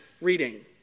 reading